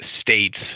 states